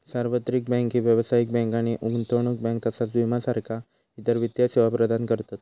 सार्वत्रिक बँक ही व्यावसायिक बँक आणि गुंतवणूक बँक तसाच विमा सारखा इतर वित्तीय सेवा प्रदान करतत